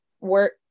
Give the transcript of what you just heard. work